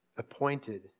Appointed